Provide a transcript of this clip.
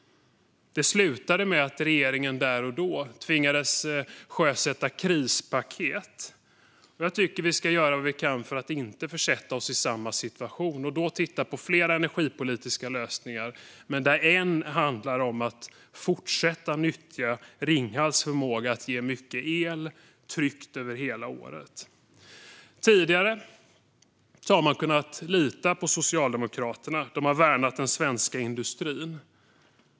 Det slutade med att regeringen där och då tvingades sjösätta krispaket. Låt oss göra vad vi kan för att inte försätta oss i samma situation igen. Vi bör titta på flera energipolitiska lösningar, där en handlar om att fortsätta att nyttja Ringhals förmåga att tryggt ge mycket el över hela året. Tidigare har vi kunnat lita på Socialdemokraterna. De har värnat den svenska industrin.